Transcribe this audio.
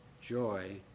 joy